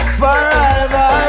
forever